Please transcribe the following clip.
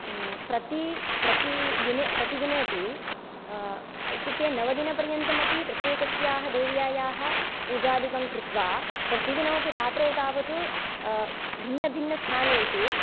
प्रति प्रतिदिने प्रतिदिने अपि इत्युक्ते नवदिनपर्यन्तमपि प्रत्येकस्याः देव्यायाः पूजादिकं कृत्वा प्रतिदिनमपि रात्रौ तावत् भिन्नभिन्नस्थानेषु